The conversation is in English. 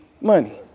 money